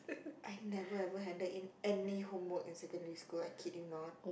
I never ever handled in any homework in secondary school I kid you not